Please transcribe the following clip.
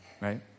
right